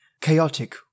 Chaotic